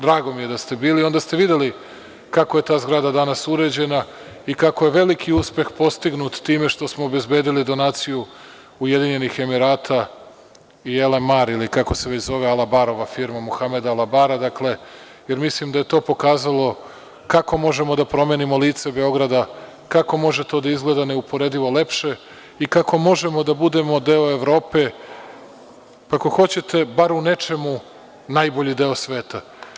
Drago mi je da ste bili, onda ste videli kako je ta zgrada danas uređena i kako je veliki uspeh postignut time što obezbedili donaciju Ujedinjenih Emirata i „Elemar“ ili kako se već zove Alabarova firma, Muhameda Alabara, jer mislim da je to pokazalo kako možemo da promenimo lice Beograda, kako može to da izgleda neuporedivo lepše i kako možemo da budemo deo Evrope, ako hoćete, bar u nečemu najbolji deo sveta.